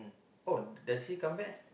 oh does he come back